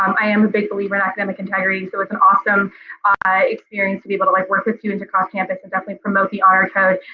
um i am a big believer in academic integrity. so it's an awesome experience to be able to like work with you and to call campus and definitely promote the honor code.